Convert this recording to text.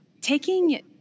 taking